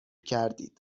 کردید